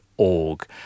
Org